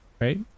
right